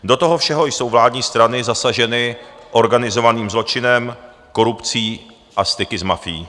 Do toho všeho jsou vládní strany zasaženy organizovaným zločinem, korupcí a styky s mafií.